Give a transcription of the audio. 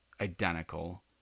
identical